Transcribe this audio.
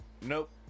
nope